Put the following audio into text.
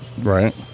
Right